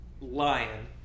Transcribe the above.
lion